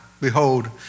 Behold